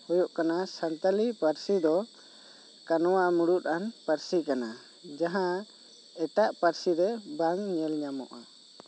ᱦᱩᱭᱩᱜ ᱠᱟᱱᱟ ᱥᱟᱱᱛᱟᱲᱤ ᱯᱟᱹᱨᱥᱤ ᱫᱚ ᱠᱟᱱᱣᱟ ᱢᱩᱬᱩᱛᱟᱱ ᱯᱟᱹᱨᱥᱤ ᱠᱟᱱᱟ ᱡᱟᱦᱟ ᱮᱴᱟᱜ ᱯᱟᱹᱨᱥᱤ ᱨᱮᱫᱚ ᱵᱟᱝ ᱧᱮᱞ ᱧᱟᱢᱚᱜᱼᱟ